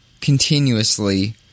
continuously